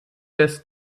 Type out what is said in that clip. des